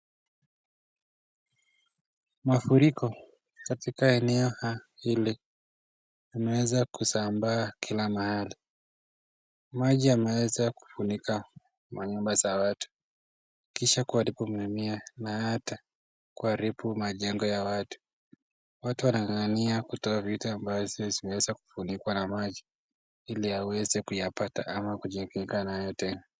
Mafuriko katika eneo hili, limeeza kusambaa kila mahali, maji yameweza kufunika manyumba za watu, kisha kuharibu mimea na hata kuharibu majengo ya watu, watu wanang'ang'ania ambavyo vimeeza kufinikwa na maji ili aweze kuyapata ama kujiwekea nayo tena.